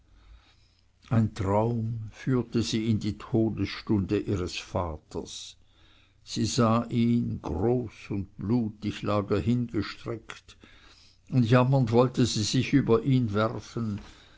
ein traum führte sie in die todesstunde ihres vaters sie sah ihn groß und blutig lag er hingestreckt und jammernd wollte sie sich über ihn werfen